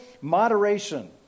moderation